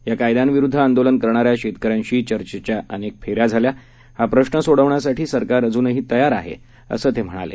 या कायद्यांविरुद्ध आंदोलन करणाऱ्या शेतकऱ्यांशी चर्चेच्या अनेक फेऱ्या झाल्या हा प्रश्र सोडवण्यासाठी सरकार अजूनही चर्चा करायला तयार आहे असं ते म्हणाले